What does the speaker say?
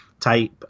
type